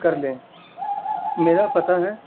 کر لیں میرا پتہ ہے